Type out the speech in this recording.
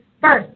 first